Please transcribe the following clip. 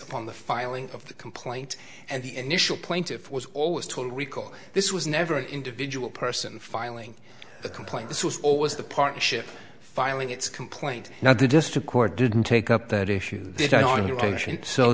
on the filing of the complaint and the initial point of was always told recall this was never an individual person filing a complaint this was always the partnership filing its complaint now the district court didn't take up that issue